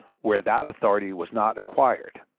where that authority was not acquired.